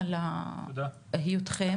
תודה לכל מי שהקשיבה והקשיב.